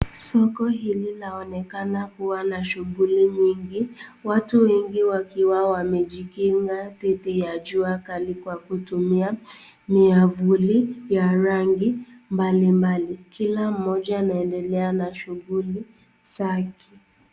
Soko hili laonekana kuwa na shughuli nyingi, watu wengi wakiwa wamejikinga dhidi ya jua kali kwa kutumia miavuli ya rangi mbalimbali. Kila mmoja anaendelea na shughuli zake.